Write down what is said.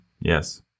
Yes